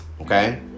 Okay